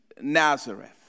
Nazareth